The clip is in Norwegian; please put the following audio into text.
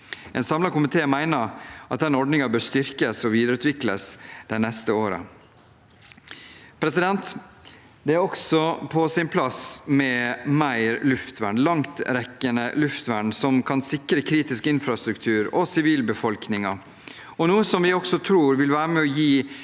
En samlet komité mener at denne ordningen bør styrkes og videreutvikles de neste årene. Det er også på sin plass med mer langtrekkende luftvern som kan sikre kritisk infrastruktur og sivilbefolkningen, og dette er noe jeg tror vil være med og gi